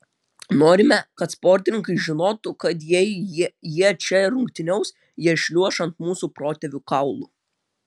norime kad sportininkai žinotų kad jei jie čia rungtyniaus jie šliuoš ant mūsų protėvių kaulų